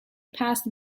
passed